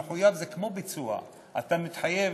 מחויב זה כמו ביצוע, אתה מתחייב.